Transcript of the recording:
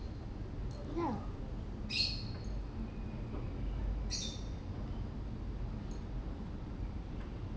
ya